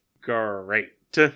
great